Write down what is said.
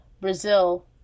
brazil